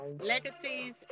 legacies